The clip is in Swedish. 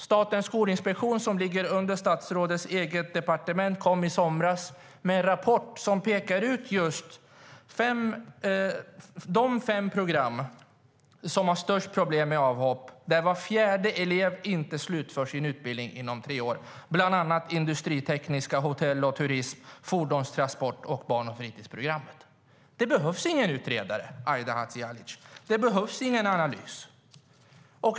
Statens skolinspektion, som ligger under statsrådets eget departement, kom i somras med en rapport som pekar ut de fem program som har störst problem med avhopp, där var fjärde elev inte slutför sin utbildning inom tre år. Det är bland annat industritekniska programmet, hotell och turismprogrammet, fordons och transportprogrammet och barn och fritidsprogrammet. Det behövs inga utredare, Aida Hadzialic! Det behövs ingen analys.